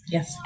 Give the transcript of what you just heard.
Yes